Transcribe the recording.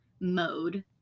mode